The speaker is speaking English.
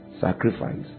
Sacrifice